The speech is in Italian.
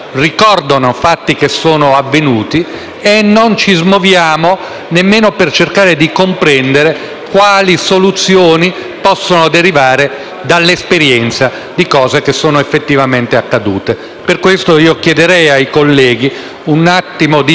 nemmeno per cercare di comprendere quali soluzioni possono derivare dall'esperienza di episodi effettivamente accaduti. Per questo motivo, chiedo ai colleghi un attimo di riflessione sull'emendamento 3.5005 e un voto anche